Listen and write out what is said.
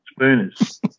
spooners